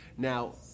Now